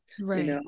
Right